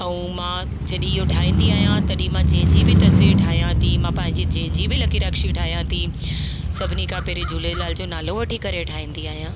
ऐं मां जॾहिं इहो ठाहींदी आहियां तॾहिं मां जंहिंजी बि तसवीर ठाहियां थी मां पंहिंजी जंहिंजी बि लकीरक्षी ठाहियां थी सभिनी खां पहिरीं झूलेलाल जो नालो वठी करे ठाहींदी आहियां